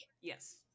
yes